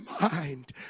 mind